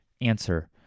Answer